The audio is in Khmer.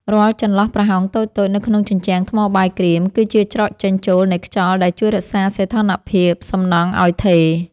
រាល់ចន្លោះប្រហោងតូចៗនៅក្នុងជញ្ជាំងថ្មបាយក្រៀមគឺជាច្រកចេញចូលនៃខ្យល់ដែលជួយរក្សាសីតុណ្ហភាពសំណង់ឱ្យថេរ។